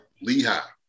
Lehigh